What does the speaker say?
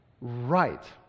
right